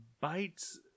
bites